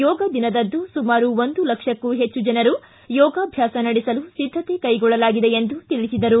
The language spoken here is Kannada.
ಯೋಗ ದಿನದಂದು ಸುಮಾರು ಒಂದು ಲಕ್ಷಕ್ಕೂ ಹೆಚ್ಚು ಜನರು ಯೋಗಾಭ್ಯಾಸ ನಡೆಸಲು ಸಿದ್ಧತೆ ಕೈಗೊಳ್ಳಲಾಗಿದೆ ಎಂದು ತಿಳಿಸಿದರು